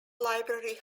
library